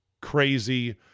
crazy